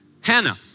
Hannah